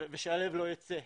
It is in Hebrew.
ושהלב לא ייצא.